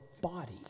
body